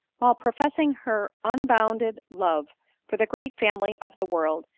while professing her unbounded love for the great family of the world,